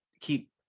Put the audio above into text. keep